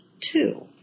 two